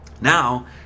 Now